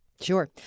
Sure